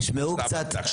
חבר'ה תשמעו קצת,